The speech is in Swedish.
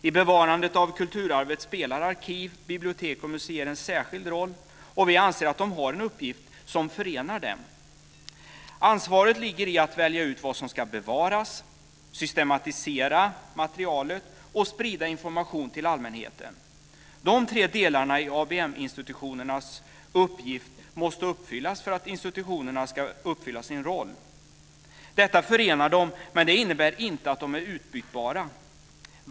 I bevarandet av kulturarvet spelar arkiv, bibliotek och museer en särskild roll, och vi anser att de har en uppgift som förenar dem. Ansvaret ligger i att välja ut vad som ska bevaras, systematisera materialet och sprida information till allmänheten. Dessa tre delar i ABM institutionernas uppgift måste uppfyllas för att institutionerna ska fullgöra sin roll. Detta förenar dem, men det innebär inte att de är utbytbara.